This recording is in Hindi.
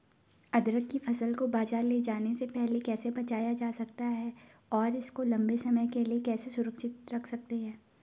अदरक की फसल को बाज़ार ले जाने से पहले कैसे बचाया जा सकता है और इसको लंबे समय के लिए कैसे सुरक्षित रख सकते हैं?